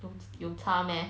有有差 meh